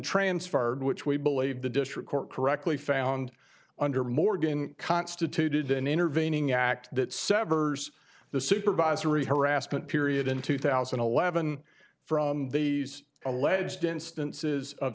transferred which we believe the district court correctly found under morgan constituted an intervening act that severs the supervisory harassment period in two thousand and eleven from the alleged instances of